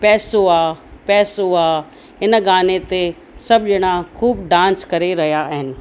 पैसो आ पैसो आ इन गाने ते सभु ॼणा ख़ूब डांस करे रहिया आहिनि